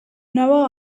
never